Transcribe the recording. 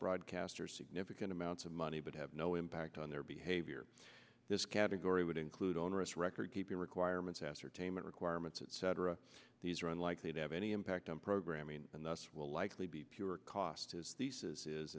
broadcasters significant amounts of money but have no impact on their behavior this category would include onerous record keeping requirements ascertainment requirements etc these are unlikely to have any impact on programming and thus will likely be pure cost his is i